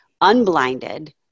unblinded